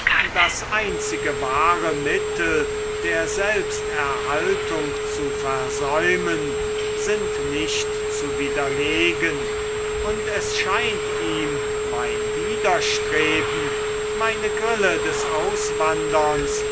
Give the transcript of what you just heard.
das einzige wahre mittel der selbsterhaltung zu versäumen sind nicht zu widerlegen und es scheint ihm mein widerstreben meine grille des auswanderns